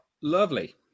Lovely